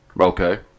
Okay